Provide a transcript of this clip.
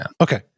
Okay